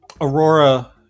aurora